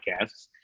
podcasts